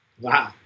Wow